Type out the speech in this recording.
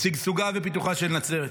שגשוגה ופיתוחה של נצרת.